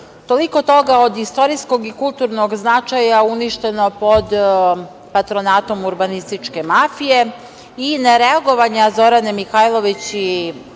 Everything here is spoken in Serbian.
toliko toga od istorijskog i kulturnog značaja uništeno pod patronatom urbanističke mafije i ne reagovanja Zorane Mihajlović